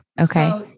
Okay